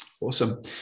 Awesome